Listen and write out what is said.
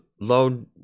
load